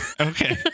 Okay